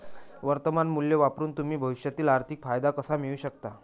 वर्तमान मूल्य वापरून तुम्ही भविष्यातील आर्थिक फायदा कसा मिळवू शकता?